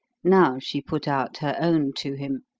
now she put out her own to him.